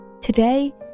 today